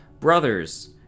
brothers